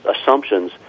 assumptions